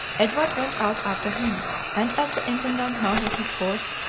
edward went out after him and as the intendant mounted his horse,